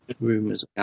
rumors